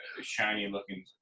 shiny-looking